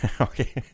Okay